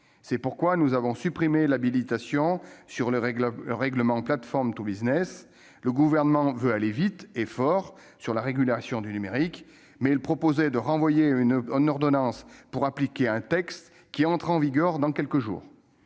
C'est pourquoi nous avons supprimé l'habilitation sur le règlement. Le Gouvernement veut aller vite et fort pour la régulation du numérique, mais il proposait de renvoyer à une ordonnance pour appliquer un texte qui entre en vigueur dans quelques jours